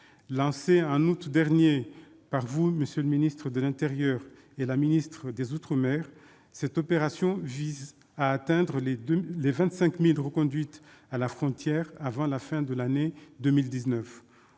Lancée en août dernier par la ministre des outre-mer et par le ministre de l'intérieur, cette opération visait à atteindre les 25 000 reconduites à la frontière avant la fin de l'année 2019.